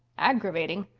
aggravating?